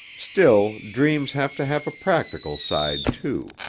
still dreams have to have a practical side, too.